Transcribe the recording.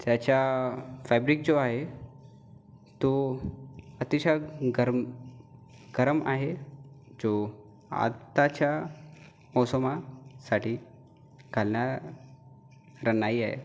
त्याचा फॅब्रिक जो आहे तो अतिशय गरम गरम आहे जो आत्ताच्या मौसमासाठी घालणारा नाही आहे